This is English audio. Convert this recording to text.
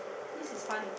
this is fun